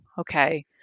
Okay